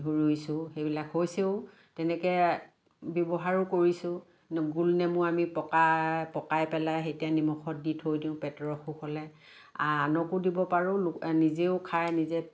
ৰুইছোঁ হেইবিলাক হৈছেও তেনেকৈ ব্যৱহাৰো কৰিছোঁ গোল নেমু আমি পকাই পকাই পেলাই নিমখত দি থৈ দিওঁ পেটৰ অসুখ হ'লে আনকো দিব পাৰোঁ নিজে খাই নিজে